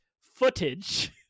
footage